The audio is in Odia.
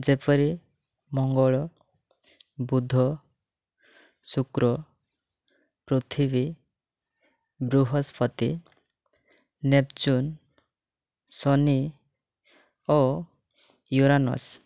ଯେପରି ମଙ୍ଗଳ ବୁଧ ଶୁକ୍ର ପୃଥିବୀ ବୃହସ୍ପତି ନେପଚୁନ୍ ଶନି ଓ ୟୁରାନସ୍